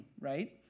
right